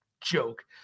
Joke